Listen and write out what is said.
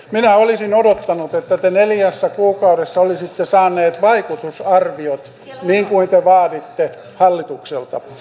minä olisin odottanut että te neljässä kuukaudessa olisitte saaneet vaikutusarviot niin kuin te vaaditte hallitukselta